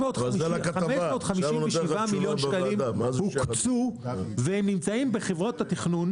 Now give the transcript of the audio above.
557 מיליון שקלים הוקצו והם נמצאים בחברות התכנון